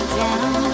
down